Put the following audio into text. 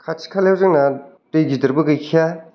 खाथि खालायाव जोंहा दै गिदिरबो गैखाया